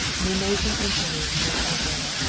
the amazing interlude was over.